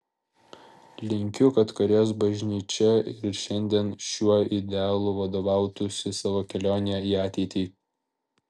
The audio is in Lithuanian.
linkiu kad korėjos bažnyčia ir šiandien šiuo idealu vadovautųsi savo kelionėje į ateitį